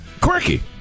quirky